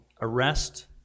arrest